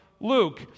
Luke